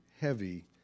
heavy